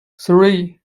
three